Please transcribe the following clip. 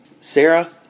Sarah